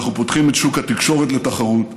אנחנו פותחים את שוק התקשורת לתחרות,